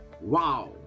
wow